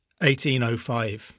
1805